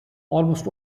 almost